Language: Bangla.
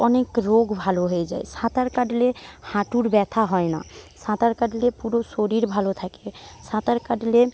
অনেক রোগ ভালো হয়ে যায় সাঁতার কাটলে হাঁটুর ব্যথা হয় না সাঁতার কাটলে পুরো শরীর ভালো থাকে সাঁতার কাটলে